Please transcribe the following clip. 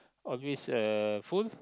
always uh full